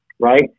right